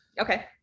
Okay